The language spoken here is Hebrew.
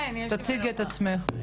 כן, יש לי מה לומר.